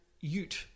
Ute